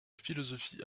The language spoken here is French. philosophie